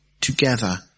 together